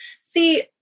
see